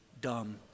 dumb